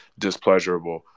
displeasurable